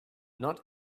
not